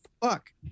fuck